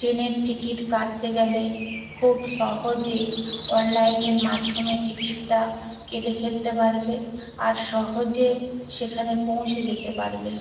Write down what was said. ট্রেনের টিকিট কাটতে গেলে খুব সহজেই অনলাইনের মাধ্যমে টিকিটটা কেটে ফেলতে পারবে আর সহজেও সেখানে পৌঁছে যেতে পারবে